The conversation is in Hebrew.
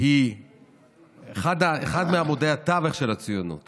אחד מעמודי התווך של הציונות